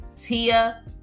Tia